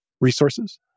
resources